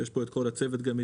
ויש פה את כל הצוות איתי.